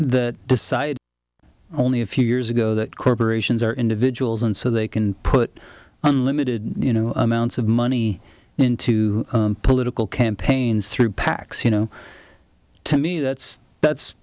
that decide only a few years ago that corporations are individuals and so they can put unlimited you know amounts of money into political campaigns through pacs you know to me that's that's